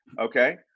Okay